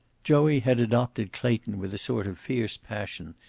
joey had adopted clayton with a sort of fierce passion,